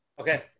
Okay